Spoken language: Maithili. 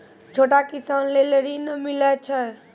छोटा किसान लेल ॠन मिलय छै?